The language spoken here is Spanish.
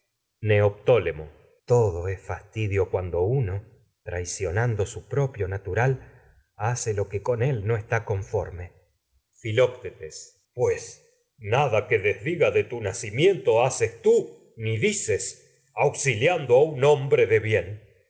conforme filoctetes todo es fastidio cuando uno trai su propio natural hace lo que con él no está pues nada que desdiga a un de tu naci miento haces tú ni dices auxiliando hombre de bien